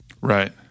Right